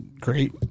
great